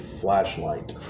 flashlight